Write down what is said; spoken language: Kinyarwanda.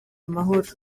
amahoro